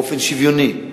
באופן שוויוני,